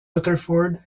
rutherford